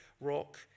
rock